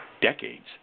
decades